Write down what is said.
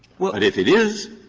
but if it is,